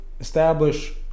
establish